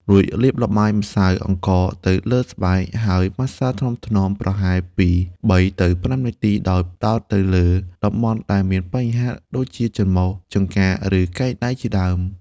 រួចលាបល្បាយម្សៅអង្ករទៅលើស្បែក ហើយម៉ាស្សាថ្នមៗប្រហែលពី ៣ ទៅ ៥ នាទី ដោយផ្តោតទៅលើតំបន់ដែលមានបញ្ហាដូចជា ច្រមុះ ចង្កា ឬកែងដៃជាដើម។